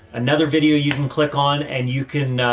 another video you can click on and you can, ah,